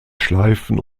schleifen